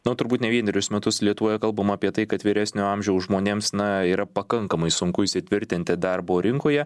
na o turbūt ne vienerius metus lietuvoje kalbama apie tai kad vyresnio amžiaus žmonėms na yra pakankamai sunku įsitvirtinti darbo rinkoje